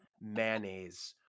mayonnaise